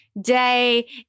Day